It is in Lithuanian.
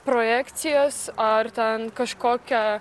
projekcijas ar ten kažkokią